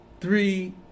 three